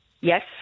Yes